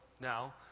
now